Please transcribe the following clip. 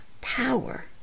power